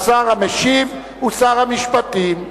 השר המשיב הוא שר המשפטים.